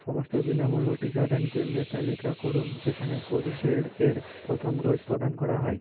সমস্ত বিনামূল্য টিকাদান কেন্দ্রের তালিকা করুন যেখানে কোভিশিল্ড এর প্রথম ডোজ প্রদান করা হয়